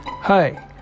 Hi